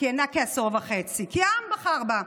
כיהנה כעשור וחצי, כי העם בחר בה.